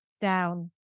down